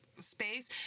space